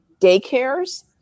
daycares